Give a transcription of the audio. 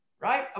right